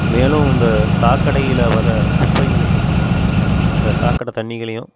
மேலும் இந்த சாக்கடையில் வர குப்பைகளையும் அந்த சாக்கடை தண்ணிகளையும்